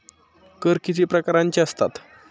कर किती प्रकारांचे असतात?